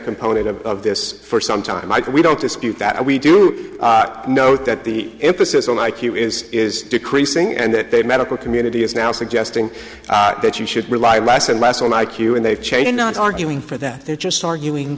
component of this for some time i can we don't dispute that we do know that the emphasis on i q is is decreasing and that their medical community is now suggesting that you should rely less and less on i q and they've changed not arguing for that they're just arguing